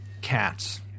cats